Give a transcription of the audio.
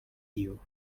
you